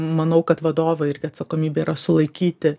manau kad vadovo irgi atsakomybė yra sulaikyti